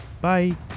Bye